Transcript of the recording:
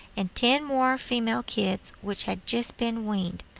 and ten more female kids which had just been weaned.